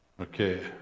Okay